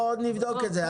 בואו נבדוק את זה,